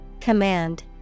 Command